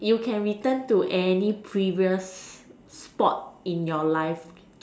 you can return to any previous spot in your life